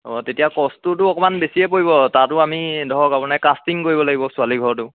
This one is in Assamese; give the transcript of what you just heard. অঁ তেতিয়া ক'ষ্টটোতো অকণমান বেছিয়ে পৰিব তাতো আমি ধৰক আপোনাৰ কাষ্টিং কৰিব লাগিব ছোৱালী ঘৰতো